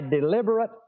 deliberate